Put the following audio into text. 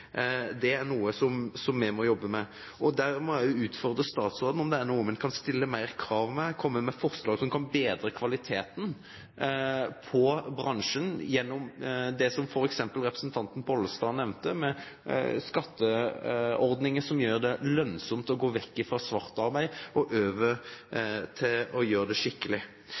er noe som vi må jobbe med. Der må jeg utfordre statsråden, om en kan stille flere krav, komme med forslag som kan bedre kvaliteten på bransjen, f.eks. gjennom det som Pollestad nevnte, med skatteordninger som gjør det lønnsomt å gå vekk fra svart arbeid og over til å gjøre det skikkelig.